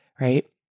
right